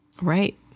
Right